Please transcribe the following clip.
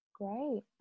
Great